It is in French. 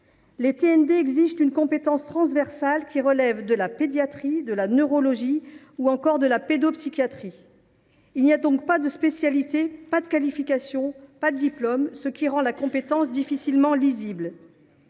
Les TND exigent une compétence transversale qui relève de la pédiatrie, de la neurologie, ou encore de la pédopsychiatrie. Ainsi, il n’existe ni spécialité, ni qualification, ni diplôme en la matière, ce qui rend la compétence difficilement lisible.